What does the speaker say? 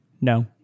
No